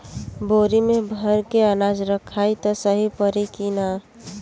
बोरी में भर के अनाज रखायी त सही परी की ना?